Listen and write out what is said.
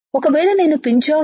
ఒక వేళ నేను పించ్ ఆఫ్